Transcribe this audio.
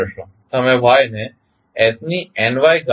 તમે y ને s ની ny ઘાત સાથે માઇનસ a1 સાથે જોડશો